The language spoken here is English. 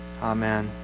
Amen